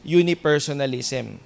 unipersonalism